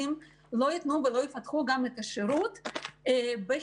ייתנו ולא יפתחו את השירות גם בחירום,